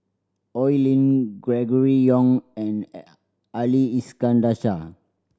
Oi Lin Gregory Yong and Ali Iskandar Shah